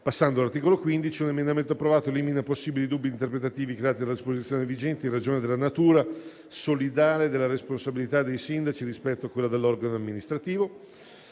Passando all'articolo 15, un emendamento approvato elimina possibili dubbi interpretativi grazie alla disposizione vigente, in ragione della natura solidale della responsabilità dei sindaci rispetto a quella dell'organo amministrativo.